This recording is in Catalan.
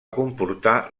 comportar